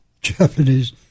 Japanese